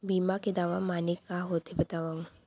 बीमा के दावा माने का होथे बतावव?